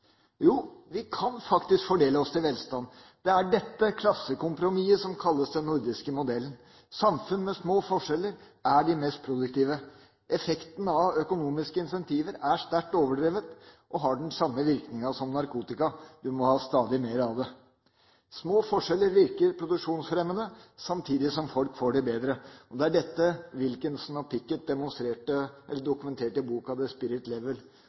Jo, vi kan faktisk fordele oss til velstand. Det er dette klassekompromisset som kalles den nordiske modellen. Samfunn med små forskjeller er de mest produktive. Effekten av økonomiske incentiver er sterkt overdrevet og har den samme virkningen som narkotika: Du må ha stadig mer av det. Små forskjeller virker produksjonsfremmende, samtidig som folk får det bedre. Det er dette Wilkinson og Pickett dokumenterte i boka «The Spirit Level».